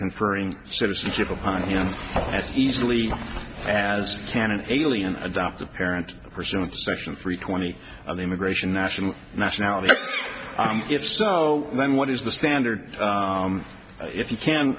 conferring citizenship upon him as easily as can an alien adoptive parent pursuant to section three twenty of the immigration national nationality act if so then what is the standard if you can